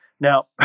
Now